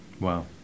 Wow